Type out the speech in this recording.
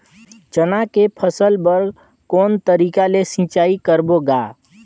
चना के फसल बर कोन तरीका ले सिंचाई करबो गा?